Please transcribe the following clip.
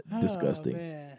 disgusting